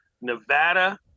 Nevada